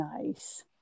nice